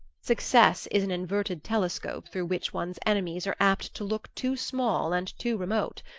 success is an inverted telescope through which one's enemies are apt to look too small and too remote.